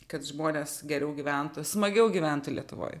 kad žmonės geriau gyventų smagiau gyventų lietuvoj